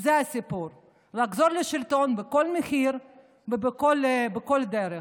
זה הסיפור: לחזור לשלטון בכל מחיר ובכל דרך.